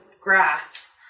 grass